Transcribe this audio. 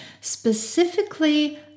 specifically